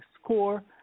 score